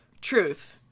Truth